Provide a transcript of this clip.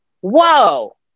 whoa